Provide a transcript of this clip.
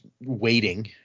waiting